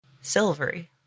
Silvery